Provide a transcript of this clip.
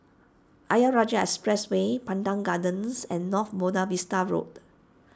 Ayer Rajah Expressway Pandan Gardens and North Buona Vista Road